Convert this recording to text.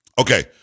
Okay